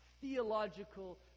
theological